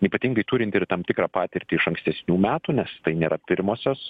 ypatingai turint ir tam tikrą patirtį iš ankstesnių metų nes tai nėra pirmosios